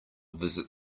visit